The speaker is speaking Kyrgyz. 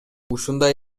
ушундай